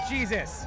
Jesus